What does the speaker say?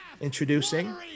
Introducing